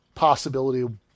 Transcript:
Possibility